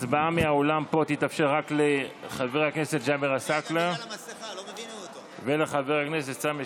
הצבעה מהאולם פה תתאפשר רק לחבר הכנסת ג'אבר עסאקלה ולחבר הכנסת סמי,